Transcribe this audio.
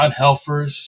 Helfers